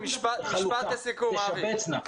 משפט לסיכום, אבי.